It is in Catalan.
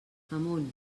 amunt